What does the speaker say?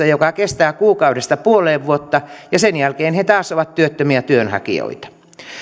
joka kestää kuukaudesta puoleen vuoteen ja sen jälkeen he taas ovat työttömiä työnhakijoita